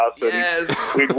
Yes